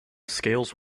scales